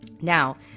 Now